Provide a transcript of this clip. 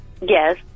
Yes